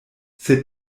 sed